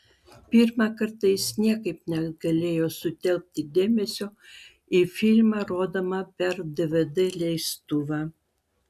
pirmą kartą jis niekaip negalėjo sutelkti dėmesio į filmą rodomą per dvd leistuvą